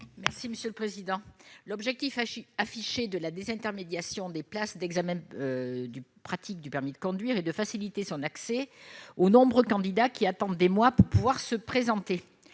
n° 92 rectifié. L'objectif affiché de la désintermédiation des places d'examen pratique du permis de conduire est de faciliter son accès aux nombreux candidats qui attendent des mois pour pouvoir se présenter.